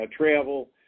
travel